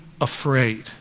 afraid